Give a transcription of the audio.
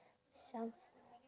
self